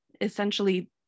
essentially